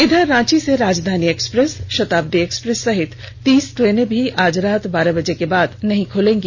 इधर रांची से Rajdhani Express Shatabdi Express सहित तीस ट्रेनें भी आज रात बारह बजे के बाद नहीं खुलेंगी